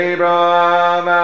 Abraham